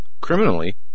criminally